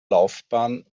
laufbahn